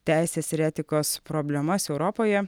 teisės ir etikos problemas europoje